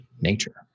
nature